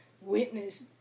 witness